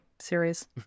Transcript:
series